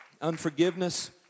Unforgiveness